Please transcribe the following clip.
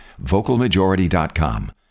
VocalMajority.com